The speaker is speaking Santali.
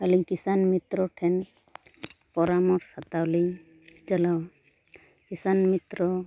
ᱟᱹᱞᱤᱧ ᱠᱤᱥᱟᱱ ᱢᱤᱛᱨᱚ ᱴᱷᱮᱱ ᱯᱚᱨᱟᱢᱚᱨᱥᱚ ᱦᱟᱛᱟᱣ ᱞᱤᱧ ᱪᱟᱞᱟᱣ ᱠᱤᱥᱟᱱ ᱢᱤᱛᱨᱚ